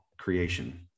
creation